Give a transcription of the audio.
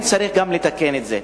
וצריך לתקן גם את זה.